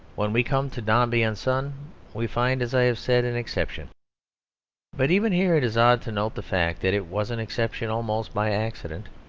when we come to dombey and son we find, as i have said, an exception but even here it is odd to note the fact that it was an exception almost by accident.